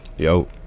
Yo